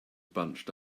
bunched